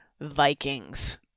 Vikings